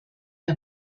der